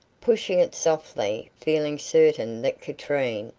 pushing it softly, feeling certain that katrine,